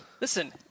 Listen